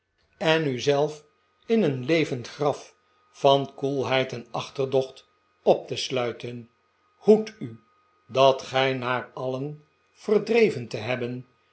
en u zelf in een levend graf van koelheid en achterdocht op te sluiten hoedt u dat gij na alien verdreven te hebben